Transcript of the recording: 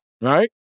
right